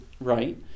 right